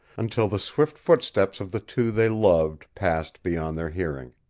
until the swift footsteps of the two they loved passed beyond their hearing.